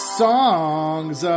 songs